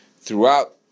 throughout